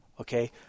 okay